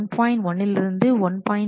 1 லிருந்து தொகுதி 1